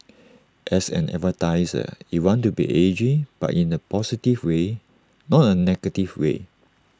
as an advertiser you want to be edgy but in A positive way not A negative way